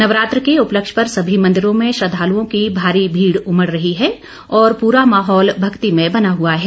नवरात्र के उपलक्ष्य पर सभी मंदिरों में श्रद्वालुओं की भारी भीड़ उमड़ रही है और प्रा माहौल भक्तिमय बना हुआ है